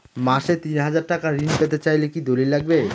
মাসে তিন হাজার টাকা ঋণ পেতে চাইলে কি দলিল লাগবে?